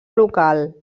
local